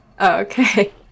Okay